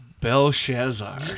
Belshazzar